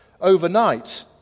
overnight